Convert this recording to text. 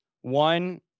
one